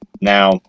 Now